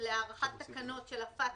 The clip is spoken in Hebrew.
להארכת תקנות של ה-FATCA.